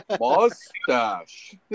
Mustache